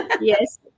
Yes